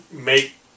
make